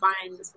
find